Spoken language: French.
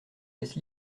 laisse